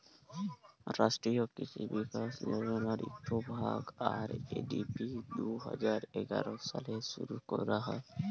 রাষ্ট্রীয় কিসি বিকাশ যজলার ইকট ভাগ, আর.এ.ডি.পি দু হাজার এগার সালে শুরু ক্যরা হ্যয়